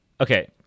Okay